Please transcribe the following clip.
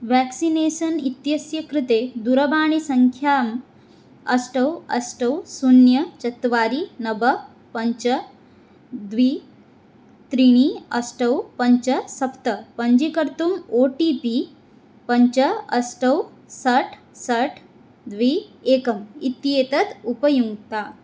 vaccination इत्यस्य कृते दूरवाणणीसङ्ख्याम् अष्ट अष्ट शून्यं चत्वारि नव पञ्च द्वि त्रीणि अष्ट पञ्च सप्त पञ्जीकर्तुम् ओ टि पि पञ्च अष्ट षट् षट् द्वे एकम् इत्येतत् उपयुङ्क्तात्